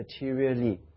materially